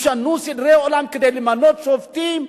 ישנו סדרי עולם כדי למנות שופטים,